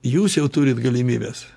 jūs jau turit galimybes